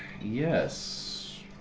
yes